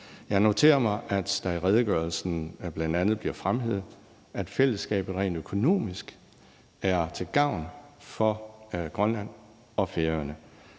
Jeg noterer mig, at det i redegørelsen bl.a. bliver fremhævet, at fællesskabet rent økonomisk er til gavn for Grønland og Færøerne.